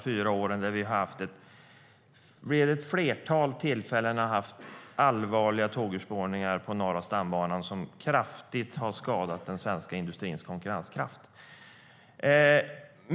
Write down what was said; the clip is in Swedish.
Det har under de gångna fyra åren vid ett antal tillfällen skett allvarliga tågurspårningar på Norra stambanan som kraftigt har skadat den svenska industrins konkurrenskraft.